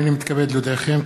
הנני מתכבד להודיעכם,